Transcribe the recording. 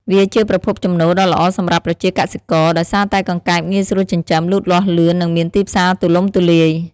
វាជាប្រភពចំណូលដ៏ល្អសម្រាប់ប្រជាកសិករ ដោយសារតែកង្កែបងាយស្រួលចិញ្ចឹម លូតលាស់លឿន និងមានទីផ្សារទូលំទូលាយ។